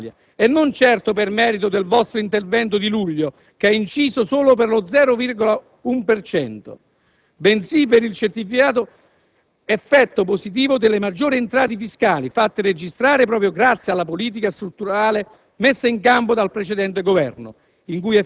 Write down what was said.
non certo per merito del vostro intervento di luglio che ha inciso solo per lo 0,1 per cento, bensì per il certificato effetto positivo delle maggiori entrate fiscali fatte registrare proprio grazie alla politica strutturale messa in campo dal precedente Governo,